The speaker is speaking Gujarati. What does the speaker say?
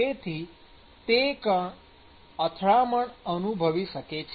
તેથી તે કણ અથડામણ અનુભવી શકે છે